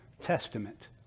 testament